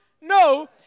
No